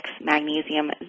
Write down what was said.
magnesium